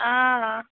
आ